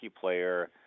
player